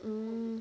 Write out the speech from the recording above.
mm